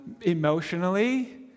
Emotionally